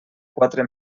quatre